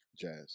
Jazz